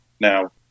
Now